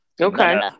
Okay